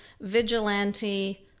vigilante